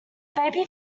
baby